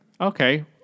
okay